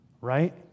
right